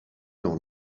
dans